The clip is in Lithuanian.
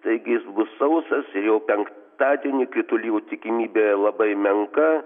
taigi jis bus sausas ir jau penktadienį kritulių tikimybė labai menka